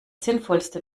sinnvollste